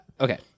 Okay